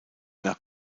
nach